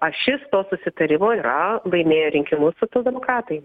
ašis to susitarimo yra laimėję rinkimus socialdemokratai